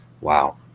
Wow